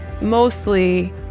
mostly